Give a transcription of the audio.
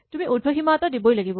তুমি উৰ্দ্ধসীমা এটা দিবই লাগিব